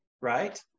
right